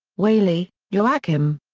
whaley, joachim.